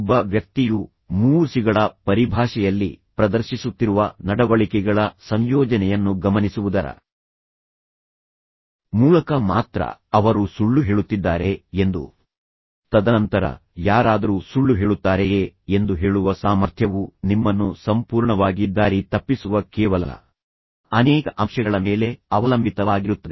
ಒಬ್ಬ ವ್ಯಕ್ತಿಯು ಮೂರು ಸಿಗಳ ಪರಿಭಾಷೆಯಲ್ಲಿ ಪ್ರದರ್ಶಿಸುತ್ತಿರುವ ನಡವಳಿಕೆಗಳ ಸಂಯೋಜನೆಯನ್ನು ಗಮನಿಸುವುದರ ಮೂಲಕ ಮಾತ್ರ ಅವರು ಸುಳ್ಳು ಹೇಳುತ್ತಿದ್ದಾರೆ ಎಂದು ತದನಂತರ ಯಾರಾದರೂ ಸುಳ್ಳು ಹೇಳುತ್ತಾರೆಯೇ ಎಂದು ಹೇಳುವ ಸಾಮರ್ಥ್ಯವು ನಿಮ್ಮನ್ನು ಸಂಪೂರ್ಣವಾಗಿ ದಾರಿ ತಪ್ಪಿಸುವ ಕೇವಲ ಅನೇಕ ಅಂಶಗಳ ಮೇಲೆ ಅವಲಂಬಿತವಾಗಿರುತ್ತದೆ